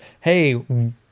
hey